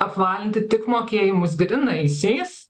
apvalinti tik mokėjimus grynaisiais